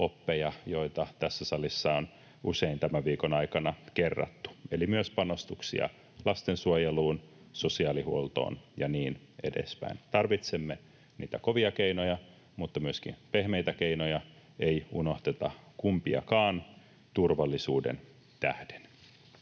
joita tässä salissa on usein tämän viikon aikana kerrattu, eli myös panostuksia lastensuojeluun, sosiaalihuoltoon ja niin edespäin. Tarvitsemme kovia keinoja mutta myöskin pehmeitä keinoja. Ei unohdeta kumpiakaan turvallisuuden tähden.